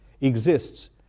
exists